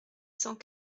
cent